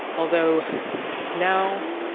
although now,